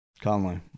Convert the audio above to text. Conley